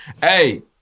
Hey